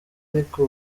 ariko